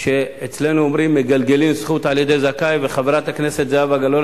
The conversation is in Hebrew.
אצלנו אומרים "מגלגלים זכות על-ידי זכאי" חברת הכנסת זהבה גלאון,